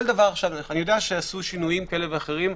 אני יודע שעשו שינויים כאלה ואחרים,